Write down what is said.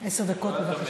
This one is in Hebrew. עשר דקות, בבקשה.